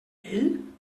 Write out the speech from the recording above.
ell